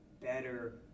better